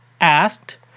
asked